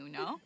no